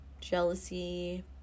Jealousy